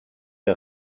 der